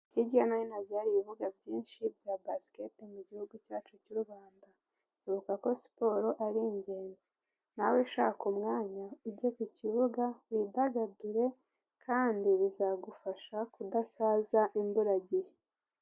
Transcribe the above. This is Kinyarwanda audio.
Hirya no hino hagiye hari ibibuga byinshi bya basiketi mu gihugu cyacu cy'u Rwanda, ibuka ko siporo ari ingenzi nawe ushaka umwanya ujye ku kibuga widagadure kandi bizagufasha kudasaza imburagihe.